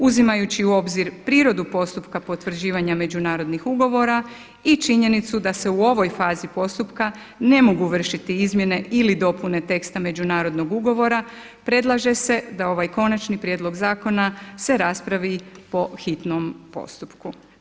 Uzimajući u obzir prirodu postupka potvrđivanja međunarodnih ugovora i činjenicu da se u ovoj fazi postupka ne mogu vršiti izmjene ili dopune teksta međunarodnog ugovora predlaže se da ovaj konačni prijedlog zakona se raspravi po hitnom postupku.